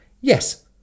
Yes